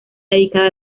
dedicada